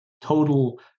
total